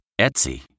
Etsy